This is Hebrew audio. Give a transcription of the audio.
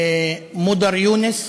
מודר יונס,